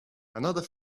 another